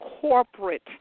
corporate